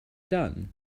done